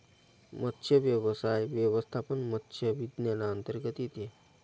मत्स्यव्यवसाय व्यवस्थापन मत्स्य विज्ञानांतर्गत येते